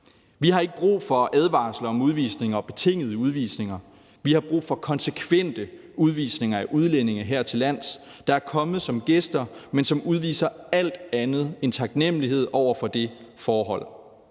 Vi har ikke brug for advarsler om udvisning og betingede udvisninger, vi har brug for konsekvente udvisninger af udlændinge hertillands, der er kommet her som gæster, men som udviser alt andet end taknemlighed over for det forhold.